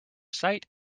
sight